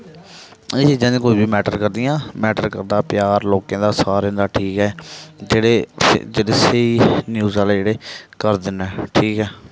एह् चीजां ते कोई बी मैटर करदियां मैटर करदा प्यार लोकें दा सारें दा ठीक ऐ जेह्ड़े जेह्ड़े स्हेई न्यूज आह्ले जेह्ड़े करदे न ठीक ऐ